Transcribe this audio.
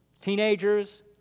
teenagers